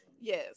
yes